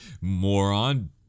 moron